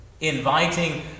inviting